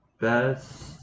Best